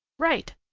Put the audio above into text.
right,